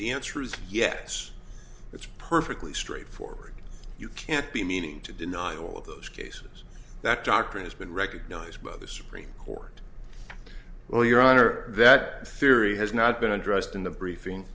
the answer is yes it's perfectly straightforward you can't be meaning to deny all of those cases that doctrine has been recognized by the supreme court well your honor that theory has not been addressed in the briefing